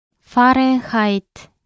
Fahrenheit